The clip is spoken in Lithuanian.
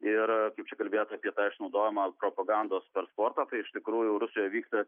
ir kaip čia kalbėjot apie tą išnaudojimą propagandos per sportą tai iš tikrųjų rusijoj vyksta